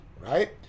right